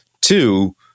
Two